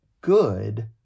good